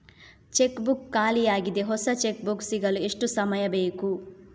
Check book ಖಾಲಿ ಯಾಗಿದೆ, ಹೊಸ ಚೆಕ್ ಬುಕ್ ಸಿಗಲು ಎಷ್ಟು ಸಮಯ ಬೇಕು?